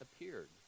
appeared